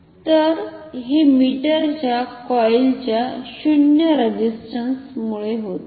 तर हे मीटरच्या कॉइलच्या शून्य रेझिस्टंस मुळे होते